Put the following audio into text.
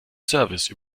service